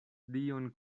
dion